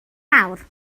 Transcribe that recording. awr